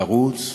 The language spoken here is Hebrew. לרוץ,